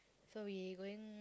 so he going